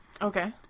Okay